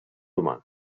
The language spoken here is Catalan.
humà